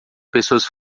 pessoas